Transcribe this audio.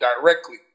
directly